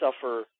suffer